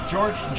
George